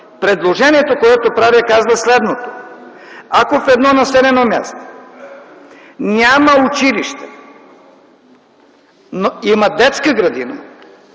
Предложението, което правя, казва следното. Ако в едно населено място няма училище, но има детска градина,